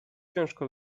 ciężko